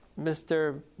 mr